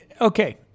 Okay